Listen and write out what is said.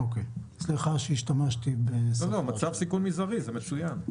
סליחה שהשתמשתי ב --- מצב סיכון מזערי זה מצוין.